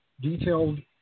detailed